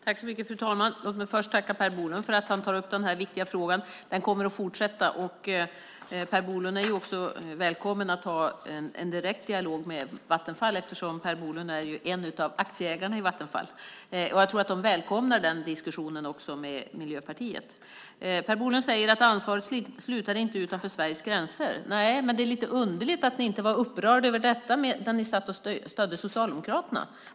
Fru talman! Låt mig först tacka Per Bolund för att han tar upp denna viktiga fråga. Diskussionerna kommer att fortsätta, och Per Bolund är också välkommen att ha en direkt dialog med Vattenfall, eftersom han ju är en av aktieägarna i Vattenfall. Jag tror att de välkomnar den diskussionen med Miljöpartiet. Per Bolund säger att ansvaret inte slutar vid Sveriges gränser. Nej - men det är lite underligt att ni inte var upprörda över detta medan ni stödde Socialdemokraterna.